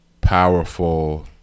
powerful